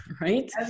right